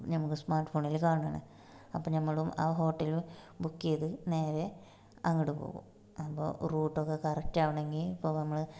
നമുക്ക് സ്മാര്ട്ട് ഫോണിൽ കാണുവാണ് അപ്പം നമ്മളും ആ ഹോട്ടൽ ബുക്ക് ചെയ്ത് നേരെ അങ്ങോട്ട് പോവും അപ്പോൾ റൂട്ട് ഒക്കെ കറക്റ്റ് ആവണമെങ്കിൽ ഇപ്പോൾ നമ്മൾ